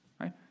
right